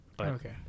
Okay